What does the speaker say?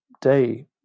day